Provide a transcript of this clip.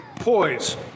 Poise